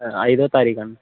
ఐదో తారీఖండి